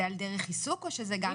זה על דרך עיסוק או שזה גם ---?